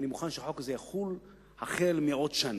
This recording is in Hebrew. אני מוכן שהחוק הזה יחול החל מעוד שנה,